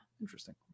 Interesting